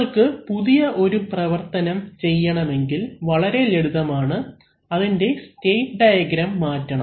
നിങ്ങൾക്ക് പുതിയ ഒരു പ്രവർത്തനം ചെയ്യണമെങ്കിൽ വളരെ ലളിതമാണ് അതിൻറെ സ്റ്റേറ്റ് ഡയഗ്രാം മാറ്റണം